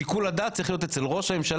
שיקול הדעת צריך להיות אצל ראש הממשלה